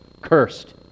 Cursed